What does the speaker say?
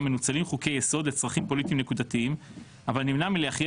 מנוצלים חוקי יסוד לצרכים פוליטיים נקודתיים אבל נמנה מלהכריע